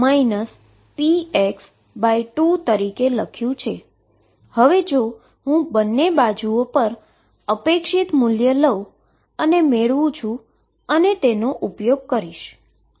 જો હું બંને બાજુઓ પર એક્સપેક્ટેશન વેલ્યુ લઉ છું અને જે હું મેળવુ છુ તેનો ઉપયોગ અહી કરીશ